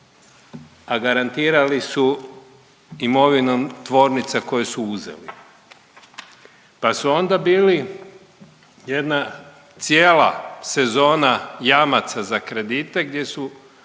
a garantirali su imovinom tvornica koje su uzeli. Pa su onda bili jedna cijela sezona jamaca za kredite gdje su